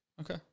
okay